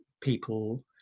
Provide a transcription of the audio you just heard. people